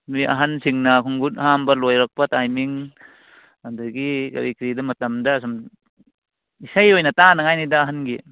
ꯑꯗꯩ ꯑꯍꯜꯁꯤꯡꯅ ꯈꯣꯡꯈꯨꯠ ꯍꯥꯝꯕ ꯂꯣꯏꯔꯛꯄ ꯇꯥꯏꯃꯤꯡ ꯑꯗꯒꯤ ꯀꯔꯤ ꯀꯔꯤꯗ ꯃꯇꯝꯗ ꯁꯨꯝ ꯏꯁꯩ ꯑꯣꯏꯅ ꯇꯥꯅꯉꯥꯏꯅꯤꯗ ꯑꯍꯜꯒꯤ